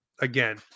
again